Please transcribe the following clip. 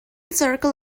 circle